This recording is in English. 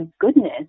goodness